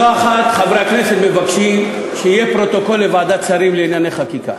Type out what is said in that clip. לא אחת חברי הכנסת מבקשים שיירשם פרוטוקול בוועדת שרים לענייני חקיקה.